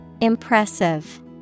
Impressive